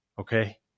Okay